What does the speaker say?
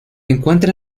encuentra